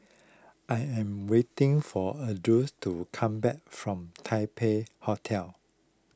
I am waiting for Ardyce to come back from Taipei Hotel